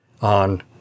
on